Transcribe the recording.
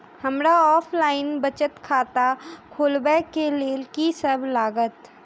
हमरा ऑफलाइन बचत खाता खोलाबै केँ लेल की सब लागत?